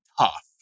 tough